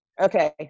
Okay